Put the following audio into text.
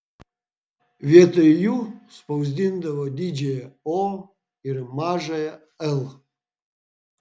vietoj jų spausdindavo didžiąją o ir mažąją l